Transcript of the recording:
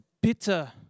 bitter